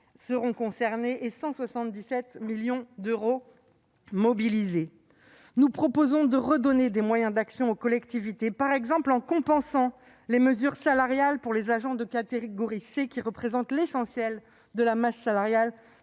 seront concernées, pour 177 millions d'euros mobilisés. Nous proposons de redonner des moyens d'action aux collectivités, par exemple en compensant les mesures salariales concernant les agents de catégorie C, qui représentent l'essentiel de leur masse salariale.